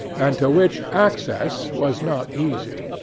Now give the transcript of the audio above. and to which access was not easy.